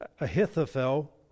Ahithophel